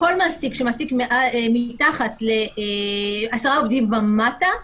כל מעסיק שמעסיק עשרה עובדים ומטה,